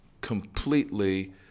completely